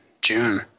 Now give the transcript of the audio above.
June